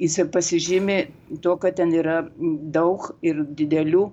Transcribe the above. jisai pasižymi tuo kad ten yra daug ir didelių